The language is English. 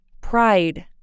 pride